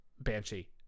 Banshee